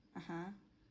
(uh huh)